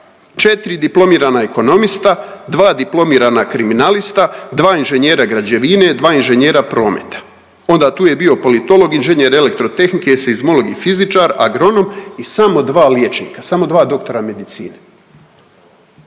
četri diplomirana ekonomista, dva diplomirana kriminalista, dva inženjera građevine, dva inženjera prometa. Onda tu je bio politolog, inženjer elektrotehnike, seizmolog i fizičar, agronom i samo dva liječnika, samo dva doktora medicine.